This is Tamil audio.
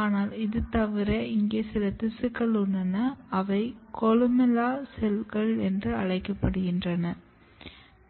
ஆனால் இது தவிர இங்கே சில திசுக்கள் உள்ளன அவை கொலுமெல்லா செல்கள் என்று அழைக்கப்படுகின்றன